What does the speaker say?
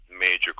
major